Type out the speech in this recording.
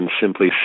simply